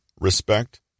respect